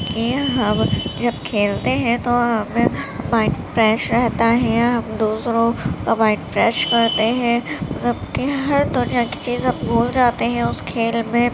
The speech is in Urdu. کہ ہم جب کھیلتے ہیں تو مائنڈ فریش رہتا ہے ہم دوسروں کا مائنڈ فریش کرتے ہیں جب کہ ہر دنیا کی چیز ہم بھول جاتے ہیں اس کھیل میں